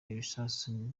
ibisasu